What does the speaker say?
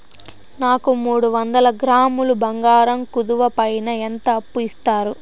నాకు మూడు వందల గ్రాములు బంగారం కుదువు పైన ఎంత అప్పు ఇస్తారు?